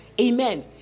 amen